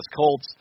Colts